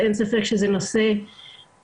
אין ספק שזה נושא מרכזי.